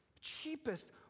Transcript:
cheapest